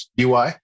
UI